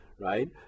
Right